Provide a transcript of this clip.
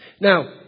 Now